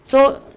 so